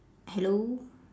hello